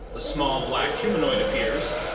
the small black humanoid appears,